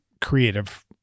creative